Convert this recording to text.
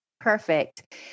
perfect